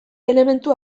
elementu